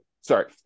sorry